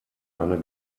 eine